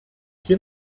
quién